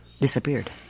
disappeared